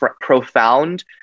profound